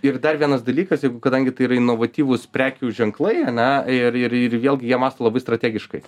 ir dar vienas dalykas jeigu kadangi tai yra inovatyvūs prekių ženklai ane ir ir ir vėlgi jie mąsto labai strategiškai